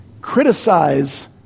criticize